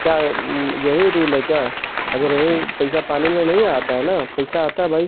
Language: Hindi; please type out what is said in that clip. क्या यही रूल है क्या अगर यही पैसा पानी में नहीं आता है ना पैसा आता है भाई